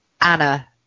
Anna